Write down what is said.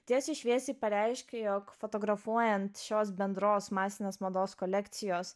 tiesiai šviesiai pareiškė jog fotografuojant šios bendros masinės mados kolekcijos